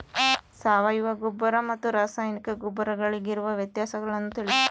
ಸಾವಯವ ಗೊಬ್ಬರ ಮತ್ತು ರಾಸಾಯನಿಕ ಗೊಬ್ಬರಗಳಿಗಿರುವ ವ್ಯತ್ಯಾಸಗಳನ್ನು ತಿಳಿಸಿ?